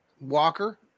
Walker